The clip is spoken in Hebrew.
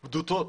בדותות.